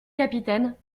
capitaine